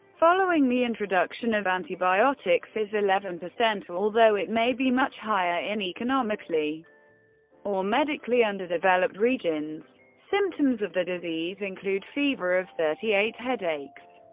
following the introduction of antibiotics, is eleven, although it may be much higher in economically or medically underdeveloped regions. symptoms of the disease include fever of thirty eight, headaches,